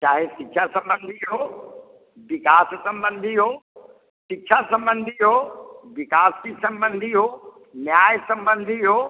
चाहे शिक्षा सम्बन्धी हो विकास सम्बन्धी हो शिक्षा सम्बन्धी हो विकास की सम्बन्धी हो न्याय सम्बन्धी हो